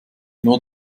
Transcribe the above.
nur